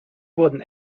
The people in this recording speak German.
wurden